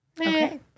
Okay